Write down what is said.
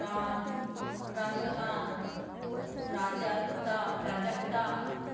प्रांत प्रांतकांत प्राजक्ता प्राजक्ता